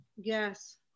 Yes